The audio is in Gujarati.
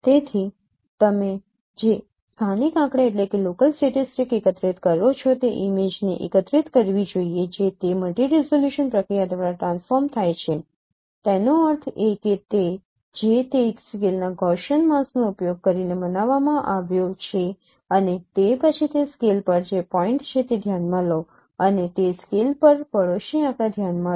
તેથી તમે જે સ્થાનિક આંકડા એકત્રિત કરો છો તે ઇમેજને એકત્રિત કરવી જોઈએ જે તે મલ્ટિ રિઝોલ્યુશન પ્રક્રિયા દ્વારા ટ્રાન્સફૉર્મ થાય છે તેનો અર્થ એ કે જે તે સ્કેલના ગૌસીયન માસ્કનો ઉપયોગ કરીને મનાવવામાં આવ્યો છે અને તે પછી તે સ્કેલ પર જે પોઇન્ટ છે તે ધ્યાનમાં લો અને તે સ્કેલ પર પડોશી આંકડા ધ્યાનમાં લો